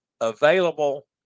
available